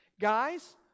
Guys